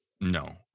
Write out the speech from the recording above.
no